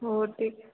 हो ठीक